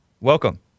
Welcome